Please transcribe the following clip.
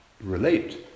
Relate